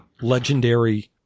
legendary